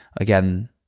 again